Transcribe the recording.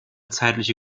zeitliche